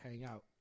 hangout